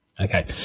Okay